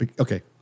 Okay